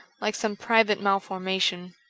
like some private mal formation.